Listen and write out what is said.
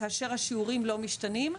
כאשר השיעורים לא משתנים.